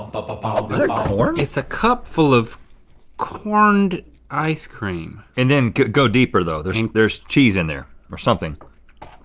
but but ah but that corn? it's a cup full of corned ice cream. and then go deeper though, there's there's cheese in there or something.